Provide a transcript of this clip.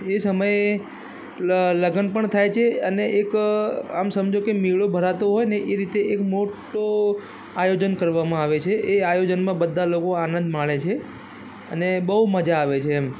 એ સમયે લ લગ્ન પણ થાય છે અને એક આમ સમજો કે મેળો ભરાતો હોય ને એ રીતે એક મોટો આયોજન કરવામાં આવે છે એ આયોજનમાં બધા લોકો આનંદ માણે છે અને બહું મજા આવે છે એમ